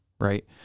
right